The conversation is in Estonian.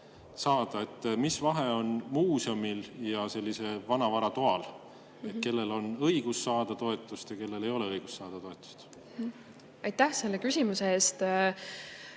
saada. Mis vahe on muuseumil ja vanavaratoal? Kellel on õigus saada toetust ja kellel ei ole õigust saada toetust? Aitäh selle küsimuse